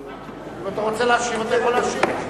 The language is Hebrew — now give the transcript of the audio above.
אם אתה רוצה להשיב אתה יכול להשיב,